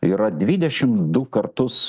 yra dvidešim du kartus